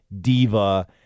diva